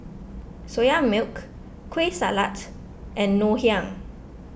Soya Milk Kueh Salat and Ngoh Hiang